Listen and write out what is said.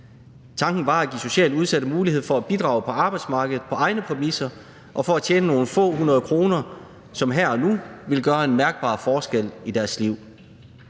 Tanken var at give socialt udsatte mulighed for at bidrage på arbejdsmarkedet på egne præmisser og for at tjene nogle få hundrede kroner, som her og nu ville gøre en mærkbar forskel i deres liv.